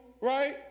right